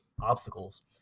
obstacles